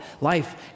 Life